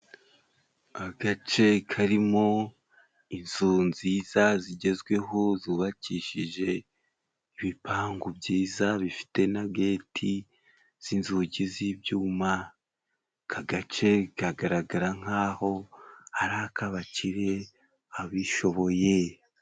Agace karimo inzu nziza zigezweho zubakishije ibipangu byiza bifite na geti z'inzugi z'ibyuma, aka gace kagaragara nk'aho ari ak'abakire ,abishoboye.